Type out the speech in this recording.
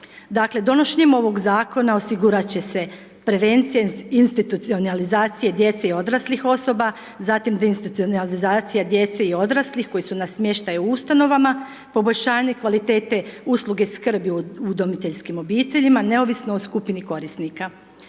donošenjem ovog Zakona osigurat će se prevencije institulizacije djece i odraslih osoba, zatim deinstitulizacije djece i odraslih koji su na smještaju u Ustanovama, poboljšanje kvalitete usluge skrbi u udomiteljskim obiteljima neovisno o skupini korisnika.